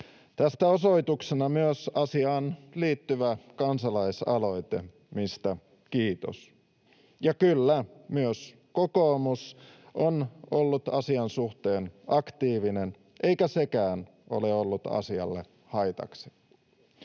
Tästä on osoituksena myös asiaan liittyvä kansalaisaloite, mistä kiitos. Ja kyllä, myös kokoomus on ollut asian suhteen aktiivinen, eikä sekään ole ollut asialle haitaksi.